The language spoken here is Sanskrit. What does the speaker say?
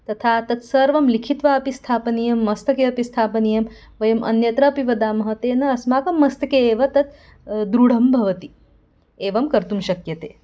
तथा तत् सर्वं लिखित्वा अपि स्थापनीयं मस्तके अपि स्थापनीयं वयं अन्यत्रापि वदामः तेन अस्माकं मस्तके एव तत् दृढं भवति एवं कर्तुं शक्यते